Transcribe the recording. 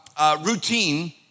routine